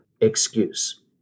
Excuse